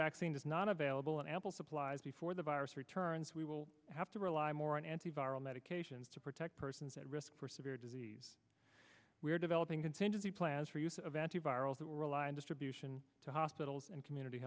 vaccine is not available in ample supplies before the virus returns we will have to rely more on antiviral medications to protect persons at risk for severe disease we are developing contingency plans for use of antivirals that rely on distribution to hospitals and community